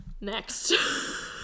next